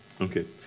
Okay